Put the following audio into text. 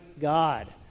God